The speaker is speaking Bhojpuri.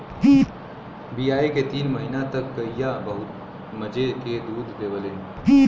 बियाये के तीन महीना तक गइया बहुत मजे के दूध देवलीन